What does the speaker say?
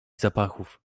zapachów